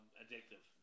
addictive